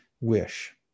wish